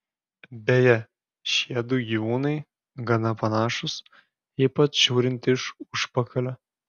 beje šiedu gyvūnai gana panašūs ypač žiūrint iš užpakalio